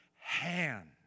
hand